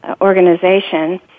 organization